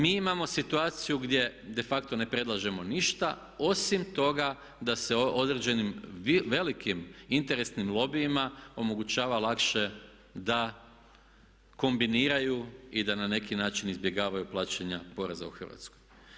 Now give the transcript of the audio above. Mi imamo situaciju gdje de facto ne predlažemo ništa osim toga da se određenim velikim interesnim lobijima omogućava lakše da kombiniraju i da neki način izbjegavaju plaćanja poreza u Hrvatskoj.